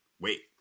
wait